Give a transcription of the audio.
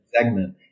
segment